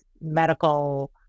medical